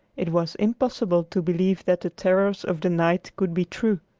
it was impossible to believe that the terrors of the night could be true.